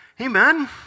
Amen